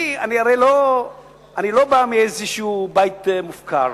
אני הרי לא בא מאיזה בית מופקר.